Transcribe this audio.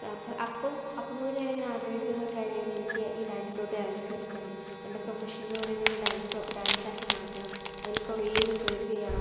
അപ്പോൾ അപ്പം മുതല് ഞാനിങ്ങനെ ആഗ്രഹിച്ചിരുന്നൊരു കാര്യമായിരുന്നു എനിക്ക് ഈ ഡാൻസിലോട്ട് ഇറങ്ങിത്തിരിക്കണം എൻ്റെ പ്രൊഫഷൻ എന്ന് പറയുന്നത് ഒരു ഡാൻസ് പ്രോ ഡാൻസാക്കി മാറ്റണം അതിൽ കുറെ റീസെർച് ചെയ്യണം